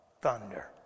thunder